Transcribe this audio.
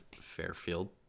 Fairfield